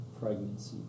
pregnancy